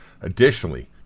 Additionally